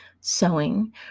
sewing